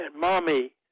mommy